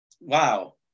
wow